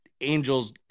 angels